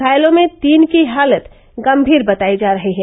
घायलों में तीन की हालत गम्मीर बतायी जा रही है